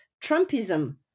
Trumpism